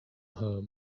home